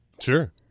Sure